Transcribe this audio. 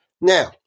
Now